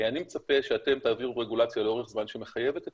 אני מצפה שאתם תעבירו רגולציה לאורך זמן שמחייבת את